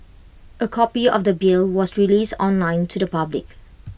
A copy of the bill was released online to the public